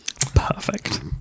Perfect